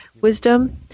wisdom